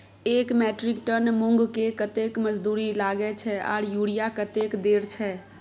एक metric ton मूंग में कतेक मजदूरी लागे छै आर यूरिया कतेक देर छै?